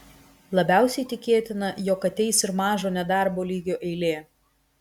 labiausiai tikėtina jog ateis ir mažo nedarbo lygio eilė